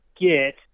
get